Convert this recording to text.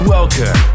Welcome